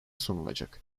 sunulacak